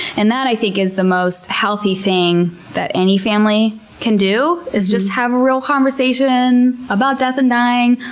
and that, i think, is the most healthy thing that any family can do, is just have a real conversation about death and dying.